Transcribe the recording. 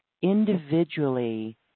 Individually